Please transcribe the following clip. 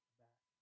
back